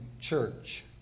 church